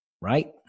Right